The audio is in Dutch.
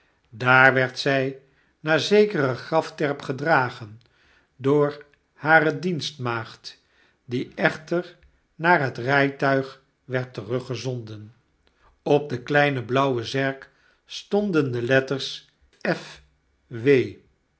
daar werd zy naar zekere grafterp gedragen door hare diensmaagd die echter naar het rytuig werd teruggezonden op de kleine blauwe zerk stonden de letters f